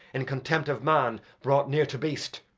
in contempt of man, brought near to beast.